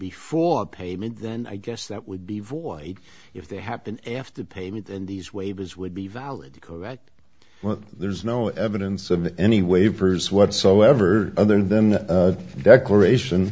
before payment then i guess that would be void if they happened after the payment and these waivers would be valid correct well there's no evidence of any waivers whatsoever other than declaration